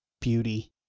beauty